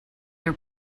your